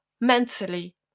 Mentally